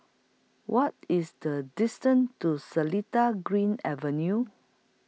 What IS The distance to Seletar Green Avenue